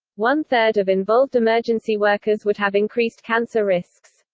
one-third of involved emergency workers would have increased cancer risks.